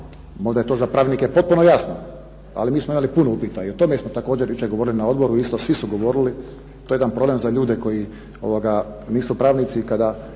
Možda je to za pravnike potpuno jasno ali mi smo imali puno upita i o tome smo također jučer govorili na odboru, isto svi su govorili. To je jedan problem za ljude koji nisu pravnici